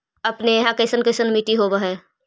अपने यहाँ कैसन कैसन मिट्टी होब है?